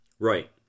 Right